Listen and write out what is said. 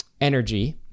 energy